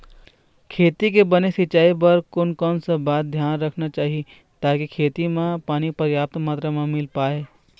खेती के बने सिचाई बर कोन कौन सा बात के धियान रखना चाही ताकि खेती मा पानी पर्याप्त मात्रा मा मिल पाए?